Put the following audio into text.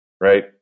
right